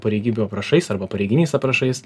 pareigybių aprašais arba pareiginiais aprašais